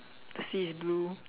the sea is blue